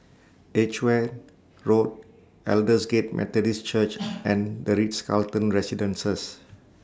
Edgeware Road Aldersgate Methodist Church and The Ritz Carlton Residences